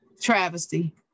Travesty